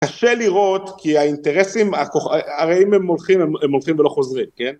קשה לראות כי האינטרסים הכח.. ה הרעים הם הולכים, הם הולכים ולא חוזרים, כן?